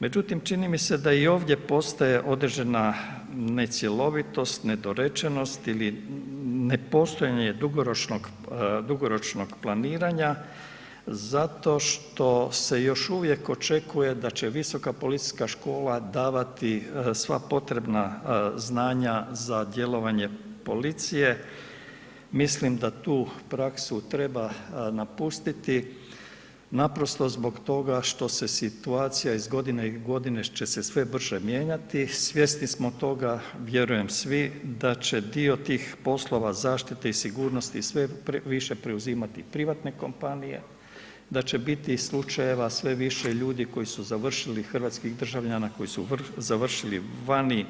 Međutim, čini mi se da i ovdje postoji određena necjelovitost, nedorečenost ili nepostojanje dugoročnog planiranja zato što se još uvijek očekuje da će visoka policijska škola davati sva potrebna znanja za djelovanje policije, mislim da tu praksu treba napustiti naprosto zbog toga što se situacija iz godine u godinu će se sve brže mijenjati, svjesni smo toga vjerujem svi da će dio tih poslova zaštite i sigurnosti sve više preuzimati privatne kompanije, da će biti i slučajeva sve više ljudi koji su završili, hrvatskih državljana koji su završili vani